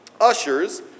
Ushers